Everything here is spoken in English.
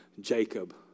Jacob